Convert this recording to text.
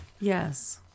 yes